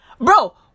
Bro